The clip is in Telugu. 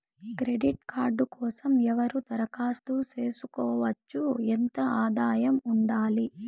క్రెడిట్ కార్డు కోసం ఎవరు దరఖాస్తు చేసుకోవచ్చు? ఎంత ఆదాయం ఉండాలి?